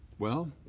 well,